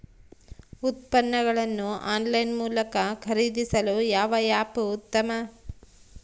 ಉತ್ಪನ್ನಗಳನ್ನು ಆನ್ಲೈನ್ ಮೂಲಕ ಖರೇದಿಸಲು ಯಾವ ಆ್ಯಪ್ ಉತ್ತಮ?